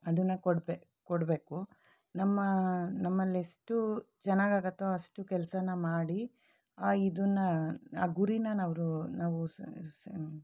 ಅದನ್ನ ಕೊಡ್ಬೇ ಕೊಡಬೇಕು ನಮ್ಮ ನಮ್ಮಲ್ಲೆಷ್ಟು ಚೆನ್ನಾಗಾಗುತ್ತೋ ಅಷ್ಟು ಕೆಲಸನ ಮಾಡಿ ಆ ಇದನ್ನ ಆ ಗುರಿನನವರು ನಾವು ಸ ಸ